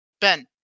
Ben